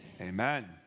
Amen